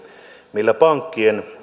millä pankkien